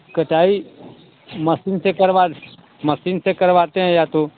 कटाई मसीन से करवा मसीन से करवाते हैं या तो